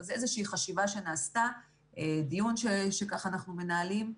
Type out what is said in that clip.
זו איזושהי חשיבה שנעשתה, דיון שככה אנחנו מנהלים.